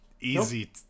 easy